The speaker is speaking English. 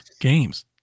games